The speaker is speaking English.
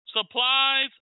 supplies